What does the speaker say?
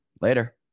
later